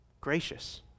gracious